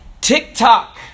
TikTok